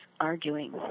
arguing